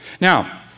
Now